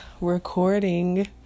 recording